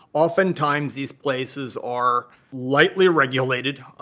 oftentimes, these places are lightly regulated,